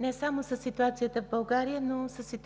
не само със ситуацията в България, но и със